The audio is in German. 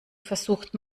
versucht